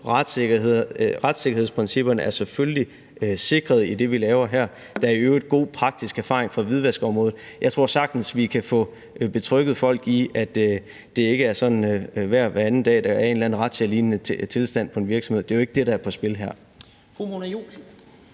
retssikkerhedsprincipperne selvfølgelig er sikret i det, vi laver her, og at der i øvrigt er god praktisk erfaring fra hvidvaskområdet. Jeg tror sagtens, vi kan få betrygget folk i, at det ikke er sådan hver anden dag, at der er en eller anden razzialignende tilstand i en virksomhed. Det er jo ikke det, der er på spil her.